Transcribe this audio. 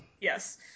Yes